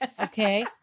Okay